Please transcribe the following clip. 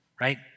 Right